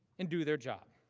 and do their job.